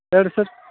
ಹೇಳಿ ರೀ ಸರ್